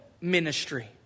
ministry